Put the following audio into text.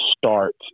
start